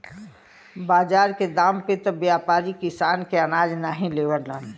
बाजार के दाम पे त व्यापारी किसान के अनाज नाहीं लेवलन